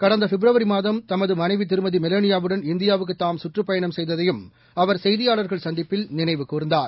கடந்த பிப்ரவரி மாதம் தனது மனைவி திருமதி மெலேனியாவுடன் இந்தியாவுக்கு தாம் கற்றுப்பயணம் செய்ததையும் அவர் செய்தியாளர்கள் சந்திப்பில் நினைவுகூர்ந்தார்